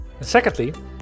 secondly